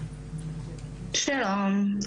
שלום,